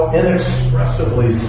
inexpressibly